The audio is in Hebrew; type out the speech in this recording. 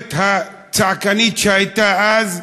מהכותרת הצעקנית שהייתה אז,